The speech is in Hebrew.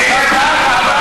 אני יודע.